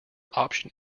option